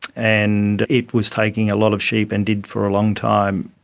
and it was taking a lot of sheep and did for a long time.